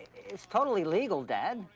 it's totally legal, dad.